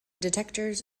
detectors